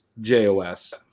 Jos